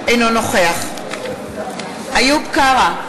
אינו נוכח איוב קרא,